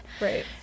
Right